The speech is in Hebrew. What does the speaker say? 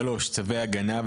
(3)צווי הגנה,